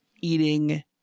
eating